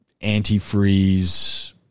antifreeze